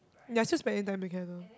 ya just spending time together